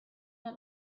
want